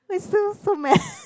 but is still so